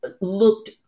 looked